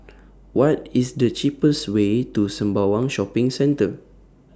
What IS The cheapest Way to Sembawang Shopping Centre